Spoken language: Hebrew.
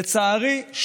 לצערי,